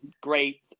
great